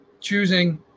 choosing